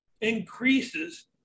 increases